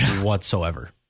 whatsoever